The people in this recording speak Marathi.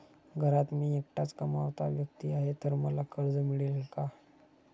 घरात मी एकटाच कमावता व्यक्ती आहे तर मला कर्ज मिळेल का?